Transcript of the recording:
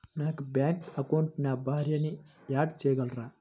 నా యొక్క బ్యాంక్ అకౌంట్కి నా భార్యని యాడ్ చేయగలరా?